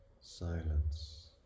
silence